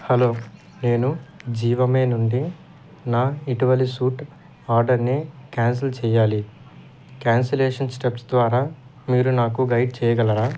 hello నేను జీవామే నుండి నా ఇటీవలి సూట్ ఆర్డర్ని క్యాన్సల్ చేయాలి క్యాన్సలేషన్ స్టెప్స్ ద్వారా మీరు నాకు గైడ్ చేయగలరా